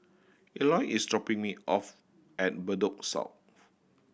Eloy is dropping me off at Bedok South